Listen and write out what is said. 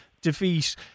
defeat